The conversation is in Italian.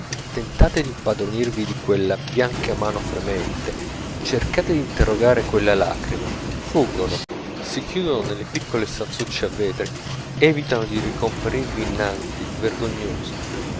tentate di impadronirvi di quella bianca mano fremente cercate di interrogare quella lacrima fuggono si chiudono nelle piccole stanzucce a vetri evitano di ricomparirvi innanti vergognose